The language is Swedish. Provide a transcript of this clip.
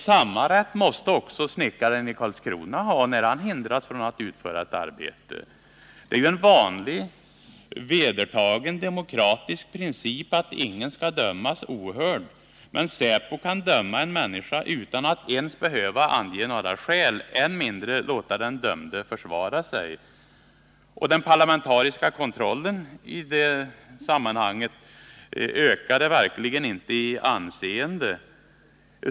Samma rätt måste snickaren i Karlskrona ha när han hindras från att utföra ett arbete. Det är ju en vanlig vedertagen demokratisk princip att ingen skall dömas ohörd. Men säpo kan döma en människa utan att ens behöva ange några skäl, och än mindre låta den dömde försvara sig. Den parlamentariska kontrollen i det sammanhanget ökade verkligen inte anseendet.